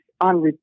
on